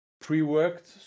pre-worked